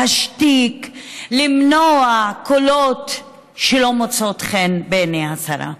להשתיק, למנוע קולות שלא מוצאים חן בעיני השרה.